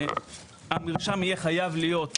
המרשם יהיה חייב להינתן